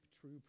true